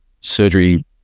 surgery